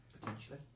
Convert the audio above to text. potentially